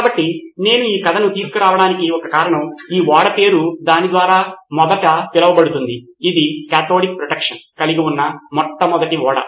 కాబట్టి నేను ఈ కథను తీసుకురావడానికి కారణం ఈ ఓడ పేరు దానిద్వారా మొదట పిలువబడింది ఇది కాథోడిక్ ప్రొటెక్షన్ కలిగివున్న మొట్టమొదటి ఓడ